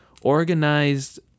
organized